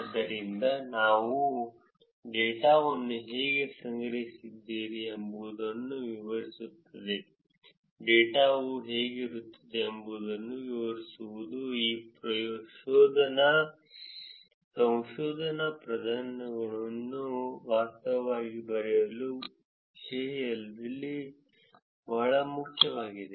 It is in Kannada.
ಆದ್ದರಿಂದ ನೀವು ಡೇಟಾವನ್ನು ಹೇಗೆ ಸಂಗ್ರಹಿಸಿದ್ದೀರಿ ಎಂಬುದನ್ನು ವಿವರಿಸುವುದು ಡೇಟಾ ಹೇಗಿರುತ್ತದೆ ಎಂಬುದನ್ನು ವಿವರಿಸುವುದು ಈ ಸಂಶೋಧನಾ ಪ್ರಬಂಧಗಳನ್ನು ವಾಸ್ತವವಾಗಿ ಬರೆಯುವ ವಿಷಯದಲ್ಲಿ ಬಹಳ ಮುಖ್ಯವಾಗಿದೆ